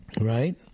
Right